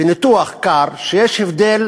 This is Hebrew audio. בניתוח קר שיש הבדל